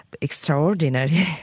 extraordinary